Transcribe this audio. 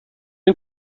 این